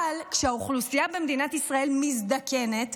אבל כשהאוכלוסייה במדינת ישראל מזדקנת,